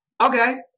okay